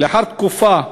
לאחר תקופה זו,